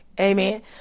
Amen